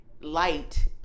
light